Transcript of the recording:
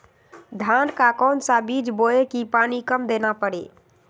धान का कौन सा बीज बोय की पानी कम देना परे?